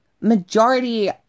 Majority